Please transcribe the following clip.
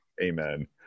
Amen